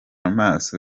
amaso